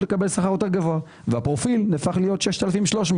לקבל שכר יותר גבוה והפרופיל נהפך להיות 6,300,